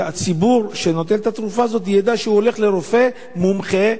שהציבור שנוטל את התרופה הזאת ידע שהוא הולך לרופא מומחה,